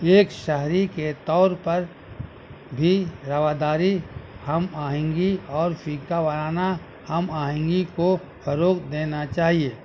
ایک شہری کے طور پر بھی رواداری ہم آہنگی اور فرقہ وارانہ ہم آہنگی کو فروغ دینا چاہیے